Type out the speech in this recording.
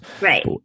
Right